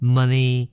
money